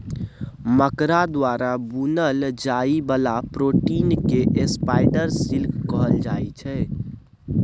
मकरा द्वारा बुनल जाइ बला प्रोटीन केँ स्पाइडर सिल्क कहल जाइ छै